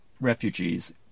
refugees